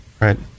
Right